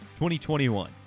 2021